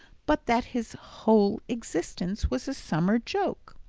but that his whole existence was a summer joke.